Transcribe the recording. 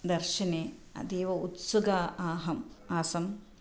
दर्शने अतीव उत्सुका अहम् आसम्